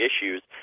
issues